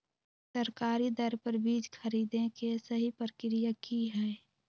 सरकारी दर पर बीज खरीदें के सही प्रक्रिया की हय?